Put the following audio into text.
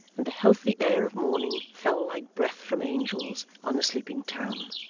and the healthy air of morning fell like breath from angels, on the sleeping town.